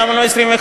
למה לא 21?